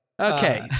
Okay